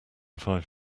five